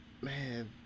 Man